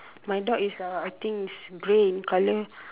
my dog is uh I think is grey in colour